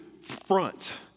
front